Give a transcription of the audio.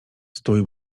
stój